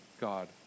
God